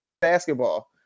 basketball